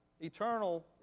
Eternal